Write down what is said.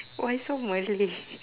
why so malay